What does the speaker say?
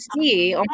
see